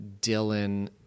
Dylan